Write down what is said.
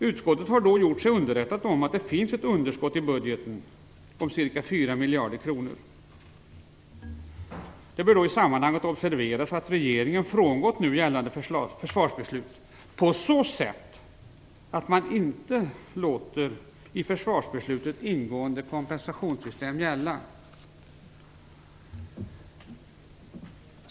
Utskottet har gjort sig underrättat om att det finns ett underskott i budgeten om ca 4 miljarder kronor. Det bör i sammanhanget observeras att regeringen frångått nu gällande försvarsbeslut på så sätt att man inte låter i försvarsbeslutet ingående kompensationssystem gälla.